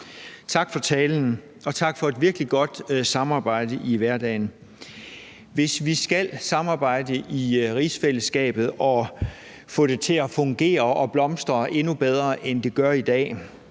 Tak for talen, og tak for et virkelig godt samarbejde i hverdagen. Hvis vi skal samarbejde i rigsfællesskabet og få det til at fungere og blomstre endnu mere, end det gør i dag,